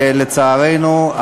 ולצערנו,